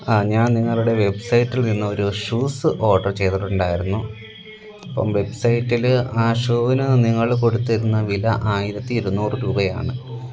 ഞാന് നിങ്ങളുടെ വെബ്സൈറ്റില് നിന്നൊരു ഷൂസ് ഓഡര് ചെയ്തിട്ടുണ്ടാരുന്നു അപ്പോള് വെബ്സൈറ്റില് ആ ഷൂവിന് നിങ്ങള് കൊടുത്തിരുന്ന വില ആയിരത്തി ഇരുനൂറ് രൂപയാണ്